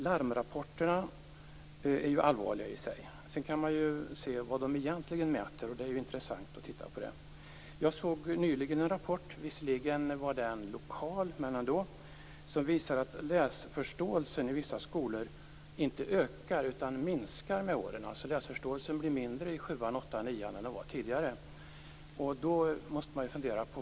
Larmrapporterna är i sig allvarliga. Sedan kan det vara intressant att se vad de egentligen mäter. Jag såg nyligen en lokal rapport som visar att läsförståelsen i vissa skolor inte ökar utan minskar med åren. Läsförståelsen blir mindre i sjuan, åttan och nian än tidigare.